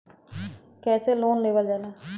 कैसे लोन लेवल जाला?